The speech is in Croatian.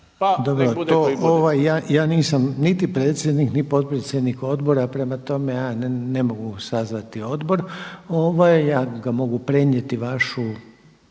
Dobro, to, ja nisam niti predsjednik, ni potpredsjednik odbora prema tome ja ne mogu sazvati odbor, ja mogu prenijeti vašu